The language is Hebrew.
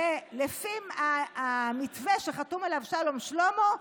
ולפי המתווה שחתום עליו שלום שלמה,